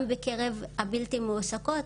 גם בקרב הבלתי מועסקות,